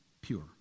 pure